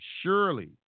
Surely